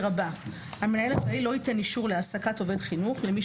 הבא: "המנהל הכללי לא ייתן אישור להעסקת עובד חינוך למי